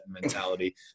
mentality